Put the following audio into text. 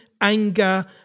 anger